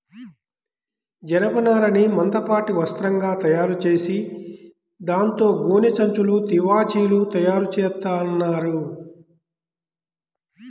జనపనారని మందపాటి వస్త్రంగా తయారుచేసి దాంతో గోనె సంచులు, తివాచీలు తయారుచేత్తన్నారు